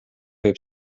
võib